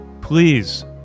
please